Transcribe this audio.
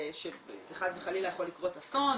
שחס וחלילה יכול לקרות אסון,